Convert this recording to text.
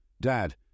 Dad